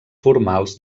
formals